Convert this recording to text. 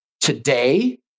today